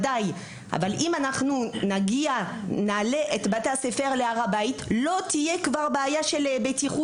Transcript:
אבל אם נעלה את בתי הספר להר הבית לא יהיו שם בעיות ביטחוניות.